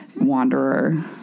Wanderer